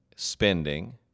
Spending